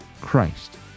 Christ